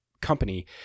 company